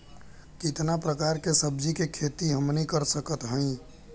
कितना प्रकार के सब्जी के खेती हमनी कर सकत हई?